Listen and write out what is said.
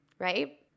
Right